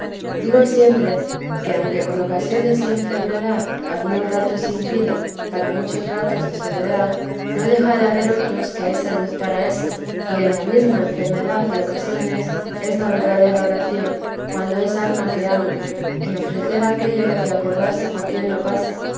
digo siempre que aunque con ocasiones y enfermedad algunos ratos impida para muchos ratos de soledad no deja de haber otros que hay salud para esto y en la mesma enfermedad y ocasiones es la verdadera oración cuando es alma que ama en ofrecer aquello y acordarse por quién lo pasa